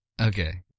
Okay